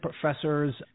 professors